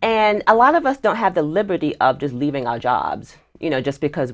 and a lot of us don't have the liberty of just leaving our jobs you know just because